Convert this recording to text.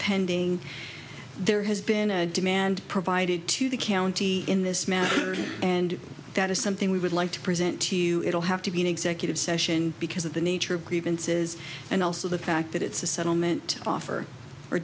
pending there has been a demand provided to the county in this manner and that is something we would like to present to you it'll have to be an executive session because of the nature of grievances and also the fact that it's a settlement offer or